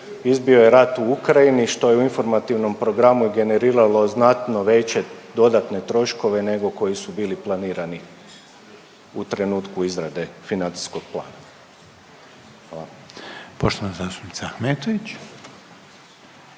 izbio je rat u Ukrajini, što je u informativnom programu generiralo znatno veće dodatne troškove nego koji su bili planirani u trenutku izrade financijskog plana. **Reiner, Željko (HDZ)** Poštovana